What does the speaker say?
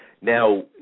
now